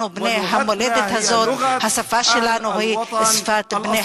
אנחנו בני המולדת הזאת, השפה שלנו היא שפת בני